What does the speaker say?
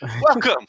Welcome